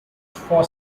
for